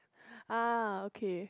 ah okay